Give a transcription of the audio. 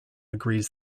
agrees